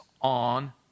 on